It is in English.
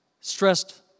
stressed